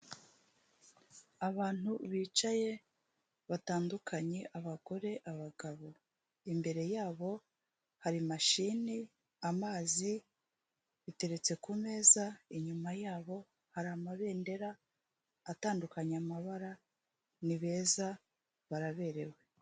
Abantu bicaye batandukanye abagore abagabo, imbere yabo hari mashine amazi biteretse ku meza inyuma yabo hari amabendera atandukanye amabara ni beza baraberewe.